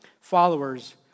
Followers